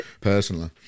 personally